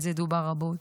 על זה דובר רבות.